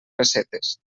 pessetes